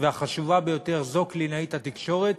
והחשובה ביותר בו זו קלינאית התקשורת,